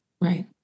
Right